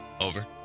Over